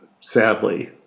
sadly